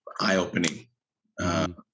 eye-opening